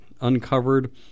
uncovered